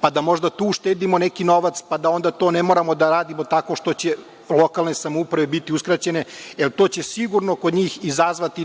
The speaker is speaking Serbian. pa da možda tu uštedimo neki novac, pa da onda to ne moramo da radimo tako što će lokalne samouprave biti uskraćene, jer to će sigurno kod njih izazvati